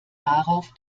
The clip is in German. darauf